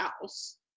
house